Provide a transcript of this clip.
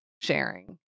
sharing